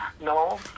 No